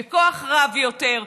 כוח רב יותר,